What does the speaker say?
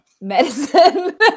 Medicine